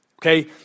Okay